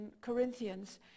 Corinthians